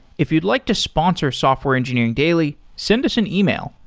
if you'd like to sponsor software engineering daily, send us an email,